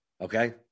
Okay